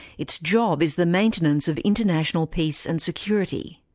its job is the maintenance of international peace and security.